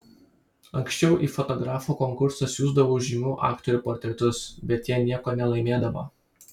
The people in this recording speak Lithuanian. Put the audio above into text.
anksčiau į fotografų konkursą siųsdavau žymių aktorių portretus bet jie nieko nelaimėdavo